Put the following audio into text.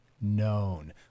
known